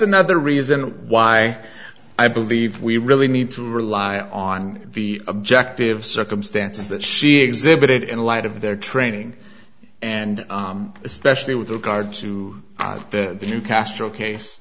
another reason why i believe we really need to rely on the objective circumstances that she exhibited in light of their training and especially with regard to the new castro case